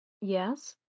Yes